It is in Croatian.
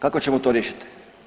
Kako ćemo to riješiti?